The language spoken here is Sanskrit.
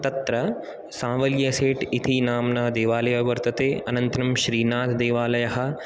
तत्र सावल्यसेठ् इति नाम्ना देवालय वर्तते अनन्तनं श्रीनाग् देवालयः